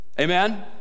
Amen